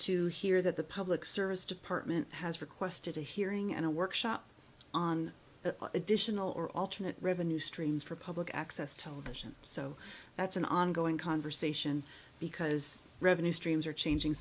to hear that the public service department has requested a hearing and a workshop on additional or alternate revenue streams for public access television so that's an ongoing conversation because revenue streams are changing